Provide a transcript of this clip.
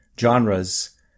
genres